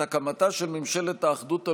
עת הקמתה של ממשלת האחדות הלאומית,